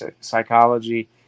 psychology